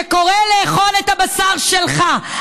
שקורא לאכול את הבשר שלך,